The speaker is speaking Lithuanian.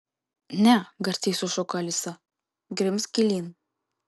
ne garsiai sušuko alisa grimzk gilyn